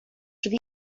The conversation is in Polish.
drzwi